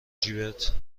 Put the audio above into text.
جیبت